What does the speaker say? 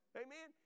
amen